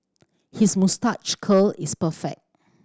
his moustache curl is perfect